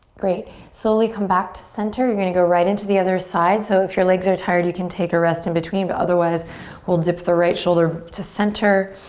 great, slowly come back to center. you're going gonna go right into the other side. so if your legs are tired you can take a rest in between but otherwise we'll dip the right shoulder to center.